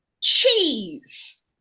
Cheese